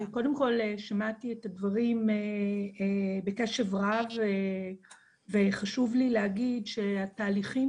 שמעתי את הדברים בקשב רב וחשוב לי להגיד שהתהליכים